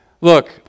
look